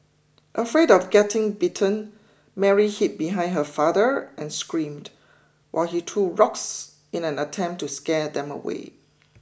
afraid of getting bitten Mary hid behind her father and screamed while he threw rocks in an attempt to scare them away